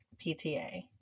PTA